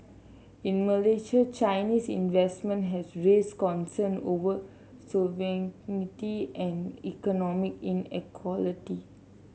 in Malaysia Chinese investment has raised concern over sovereignty and economic inequality